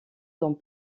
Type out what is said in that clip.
dans